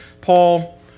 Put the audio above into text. Paul